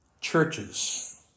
churches